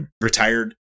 retired